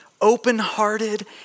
open-hearted